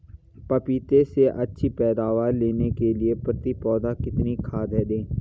पपीते से अच्छी पैदावार लेने के लिए प्रति पौधा कितनी खाद दें?